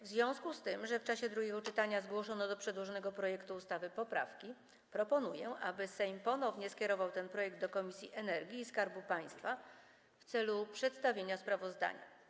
W związku z tym, że w czasie drugiego czytania zgłoszono do przedłożonego projektu ustawy poprawki, proponuję, aby Sejm ponownie skierował ten projekt do Komisji do Spraw Energii i Skarbu Państwa w celu przedstawienia sprawozdania.